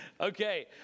Okay